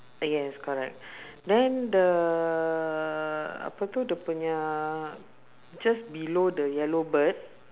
yes correct then the apa tu dia punya just below the yellow bird